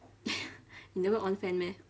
you never on fan meh